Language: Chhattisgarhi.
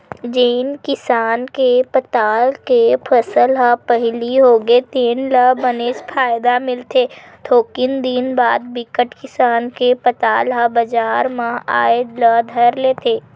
जेन किसान के पताल के फसल ह पहिली होगे तेन ल बनेच फायदा मिलथे थोकिन दिन बाद बिकट किसान के पताल ह बजार म आए ल धर लेथे